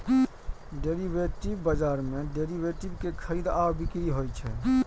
derivative बाजार मे derivative के खरीद आ बिक्री होइ छै